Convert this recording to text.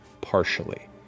partially